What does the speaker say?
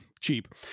cheap